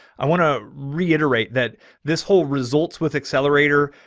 i want to reiterate that this whole results with accelerator,